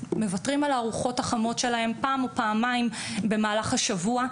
מוותרים על ארוחה חמה פעם או פעמיים במהלך השבוע.